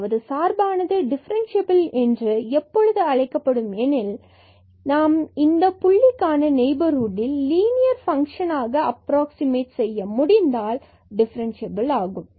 அதாவது சார்பானது டிஃபிரின்ஸிபள் என்று எப்பொழுது அழைக்கப்படும் எனில் இதனை நாம் இந்தப் புள்ளிக்கான நெய்பர்ஹுட்டில் லீனியர் பங்க்ஷன் ஆக அப்ராக்ஸிமட் செய்ய முடிந்தால் டிஃபரன்சியபில் differentiable ஆகும்